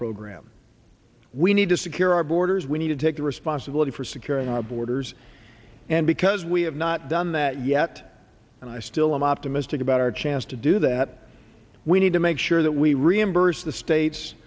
program we need to secure our borders we need to take the responsibility for securing our borders and because we have not done that yet and i still i'm optimistic about our chance to do that we need to make sure that we reimburse the states